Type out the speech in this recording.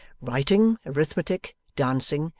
writing, arithmetic, dancing,